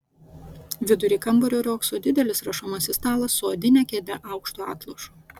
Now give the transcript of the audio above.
vidury kambario riogso didelis rašomasis stalas su odine kėde aukštu atlošu